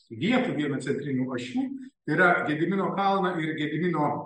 vietų vieną centrinių ašių yra gedimino kalną ir gedimino